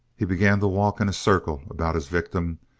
he began to walk in a circle about his victim,